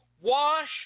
wash